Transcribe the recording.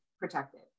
protected